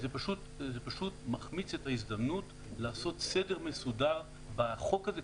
זה פשוט מחמיץ את ההזדמנות לעשות סדר מסודר בחוק הזה,